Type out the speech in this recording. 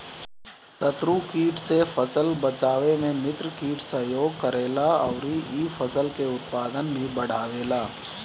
शत्रु कीट से फसल बचावे में मित्र कीट सहयोग करेला अउरी इ फसल के उत्पादन भी बढ़ावेला